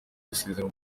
gusezera